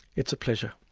it's a pleasure.